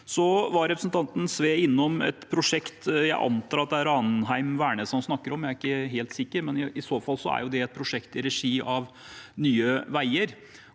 Så var representanten Sve innom et prosjekt. Jeg antar at det er Ranheim–Værnes han snakker om, men jeg er ikke helt sikker. I så fall er det et prosjekt i regi av Nye veier,